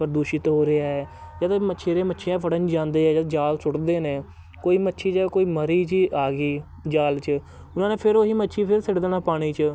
ਪ੍ਰਦੂਸ਼ਿਤ ਹੋ ਰਿਹਾ ਏ ਜਦੋਂ ਮਛੇਰੇ ਮੱਛੀਆਂ ਫੜਨ ਜਾਂਦੇ ਆ ਜਦ ਜਾਲ ਸੁੱਟਦੇ ਨੇ ਕੋਈ ਮੱਛੀ ਜਾਂ ਕੋਈ ਮਰੀ ਜੀ ਆ ਗਈ ਜਾਲ 'ਚ ਉਹਨਾਂ ਨੇ ਫਿਰ ਉਹੀ ਮੱਛੀ ਫਿਰ ਸਿੱਟ ਦੇਣਾ ਪਾਣੀ 'ਚ